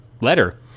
letter